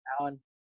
Alan